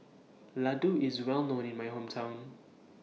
Ladoo IS Well known in My Hometown